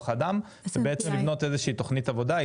האדם ולבנות איזו שהיא תכנית עבודה.